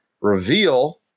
reveal